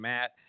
Matt